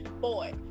boy